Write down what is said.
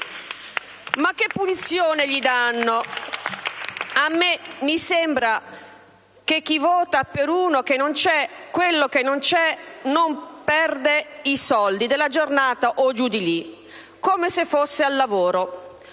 Ma che punizione gli danno? A me mi sembra che chi vota per uno che non c'è, quello che non c'è non perde i soldi della giornata, o giù di lì. Come se fosse al lavoro...